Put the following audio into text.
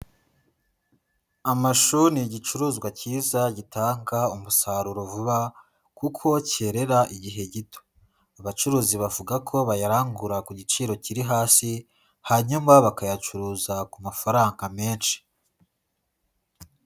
Amashu ni igicuruzwa cyiza gitanga umusaruro vuba kuko cyerera igihe gito. Abacuruzi bavuga ko bayarangura ku giciro kiri hasi, hanyuma bakayacuruza ku mafaranga menshi.